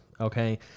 okay